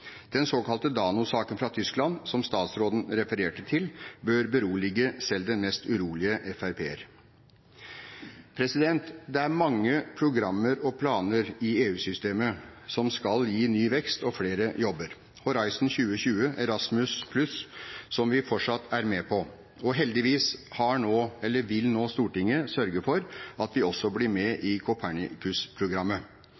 Den såkalte Dano-saken fra Tyskland, som statsråden refererte til, bør berolige selv den mest urolige FrP-er. Det er mange programmer og planer i EU-systemet som skal gi ny vekst og flere jobber – Horizon 2020, Erasmus+, som vi fortsatt er med på. Heldigvis vil nå Stortinget sørge for at vi også blir med